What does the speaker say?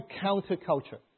counter-culture